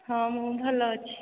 ହଁ ମୁଁ ଭଲ ଅଛି